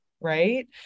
right